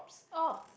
oh